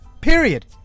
period